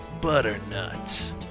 butternut